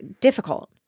difficult